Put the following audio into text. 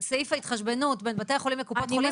שאת סעיף ההתחשבנות בין בתי החולים לקופות החולים